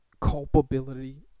culpability